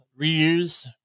reuse